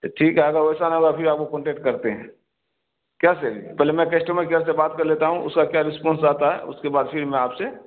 تو ٹھیک ہے اگر ویسا نہ ہوگا پھر آپ کو کانٹینک کرتے ہیں کیا سیٹ جی پہلے میں کسٹمر کیئر سے بات کر لیتا ہوں اس کا کیا رسپونس آتا ہے اس کے بعد پھر میں آپ سے